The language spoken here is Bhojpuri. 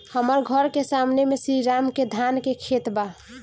हमर घर के सामने में श्री राम के धान के खेत बा